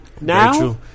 Now